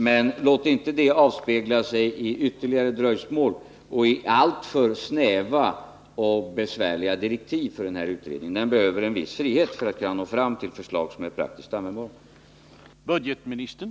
Men låt inte det avspegla sig i ytterligare dröjsmål och i alltför snäva och besvärliga direktiv för den här utredningen! Den behöver en viss frihet för att kunna nå fram till förslag som är praktiskt användbara.